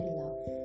love